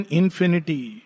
infinity